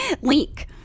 Link